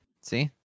See